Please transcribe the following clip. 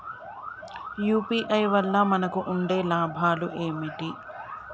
UPI వల్ల మనకు ఉండే లాభాలు ఏంటి?